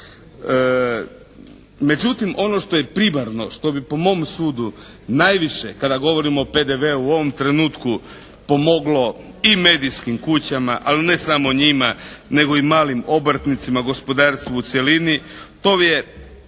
Međutim, ono što je primarno što bi po mom sudu najviše kada govorimo o PDV- u ovom trenutku pomoglo i medijskim kućama, ali ne samo njima, nego i malim obrtnicima, gospodarstvu u cjelini, to je